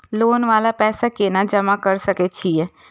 Loan वाला पैसा केना जमा कर सके छीये?